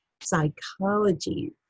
Psychology